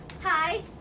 Hi